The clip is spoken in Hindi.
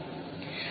r R